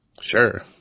Sure